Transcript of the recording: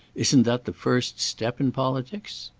isn't that the first step in politics?